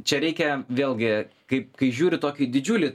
čia reikia vėlgi kaip kai žiūri tokį didžiulį